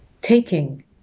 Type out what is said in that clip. taking